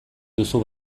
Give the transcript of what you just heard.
duzu